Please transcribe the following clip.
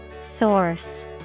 Source